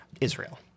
Israel